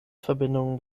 verbindungen